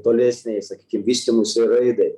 tolesnei sakykim vystymuisi ir raidai